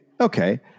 Okay